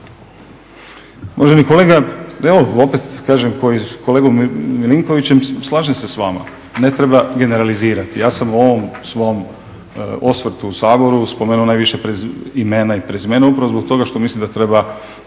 Uvaženi kolega, evo opet kažem kao i s kolegom Milinkovićem, slažem se s vama ne treba generalizirati. Ja sam u ovom svom osvrtu u Saboru spomenuo najviše imena i prezimena upravo zbog toga što mislim da treba,